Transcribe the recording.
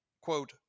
quote